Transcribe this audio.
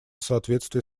соответствии